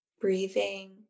breathing